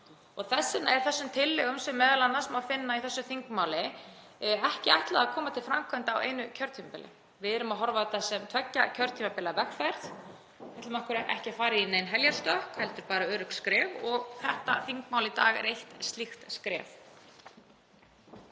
vegna er þessum tillögum, sem m.a. má finna í þessu þingmáli, ekki ætlað að koma til framkvæmda á einu kjörtímabili. Við erum að horfa á þetta sem tveggja kjörtímabila vegferð. Við ætlum okkur ekki að fara í nein heljarstökk heldur bara örugg skref og þetta þingmál í dag er eitt slíkt skref.